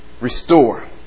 Restore